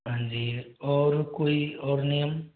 हाँ जी और कोई और नियम